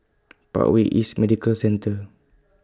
Parkway East Medical Centre